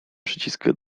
przyciska